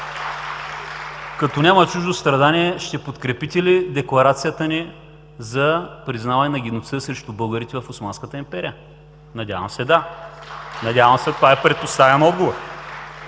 Като няма чуждо страдание, ще подкрепите ли Декларацията ни за признаване на геноцида срещу българите в Османската империя? Надявам се, да! Надявам се това е предпоставен отговор.